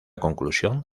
conclusión